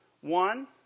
One